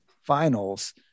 finals